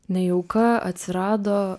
nejauka atsirado